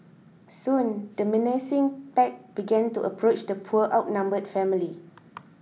soon the menacing pack began to approach the poor outnumbered family